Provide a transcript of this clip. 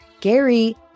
Gary